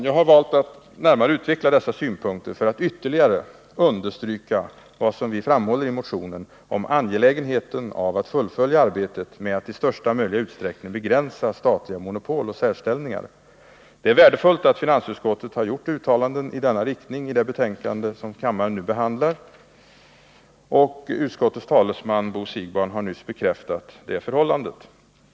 Jag har valt att närmare utveckla dessa synpunkter för att ytterligare understryka vad vi framhåller i motionen om angelägenheten av att fullfölja arbetet med att i största möjliga utsträckning begränsa statliga monopol och särställningar. Det är värdefullt att finansutskottet har gjort uttalanden i denna riktning i det betänkande som kammaren nu behandlar. Utskottets talesman Bo Siegbahn har nyss bekräftat det förhållandet.